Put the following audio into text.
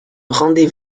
rendez